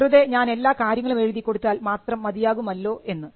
വെറുതെ ഞാൻ എല്ലാ കാര്യങ്ങളും എഴുതി കൊടുത്താൽ മാത്രം മതിയാകും അല്ലോ എന്ന്